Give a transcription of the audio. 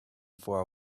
for